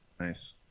Nice